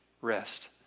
rest